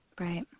Right